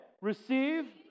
Receive